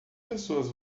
pessoas